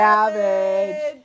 Savage